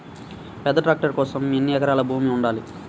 పెద్ద ట్రాక్టర్ కోసం ఎన్ని ఎకరాల భూమి ఉండాలి?